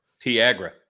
Tiagra